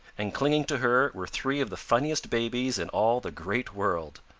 and clinging to her were three of the funniest babies in all the great world!